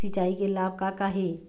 सिचाई के लाभ का का हे?